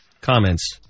comments